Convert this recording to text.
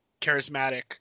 charismatic